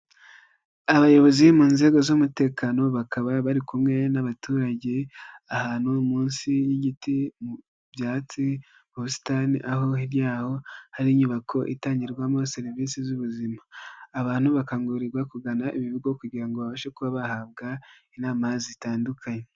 Abayobozi mu nzego z'umutekano bakaba bari kumwe n'abaturage ahantu munsi y'igiti mu byatsi ku busitani aho hirya y'aho hari inyubako itangirwamo serivisi z'ubuzima, abantu bakangurirwa kugana ibigo kugira ngo babashe kuba bahabwa inama zitandukanye.